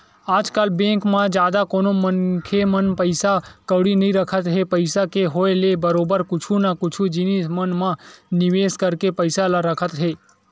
आजकल बेंक म जादा कोनो मनखे मन पइसा कउड़ी नइ रखत हे पइसा के होय ले बरोबर कुछु न कुछु जिनिस मन म निवेस करके पइसा ल रखत हे